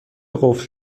قفل